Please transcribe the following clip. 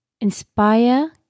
inspire